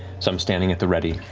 some standing at the ready,